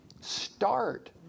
start